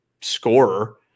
scorer